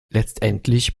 letztendlich